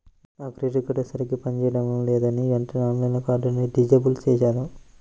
నా credit card సరిగ్గా పని చేయడం లేదని వెంటనే ఆన్లైన్లో కార్డుని డిజేబుల్ చేశాను